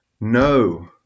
No